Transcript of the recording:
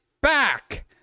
back